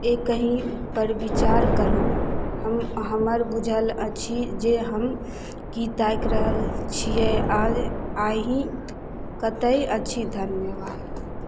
एकहि पर विचार करू हमरा बुझल अछि जे हम की ताकि रहल छियै आ ई कतय अछि धन्यवाद